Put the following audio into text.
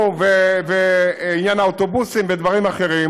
ועניין האוטובוסים ודברים אחרים.